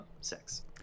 sex